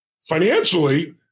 financially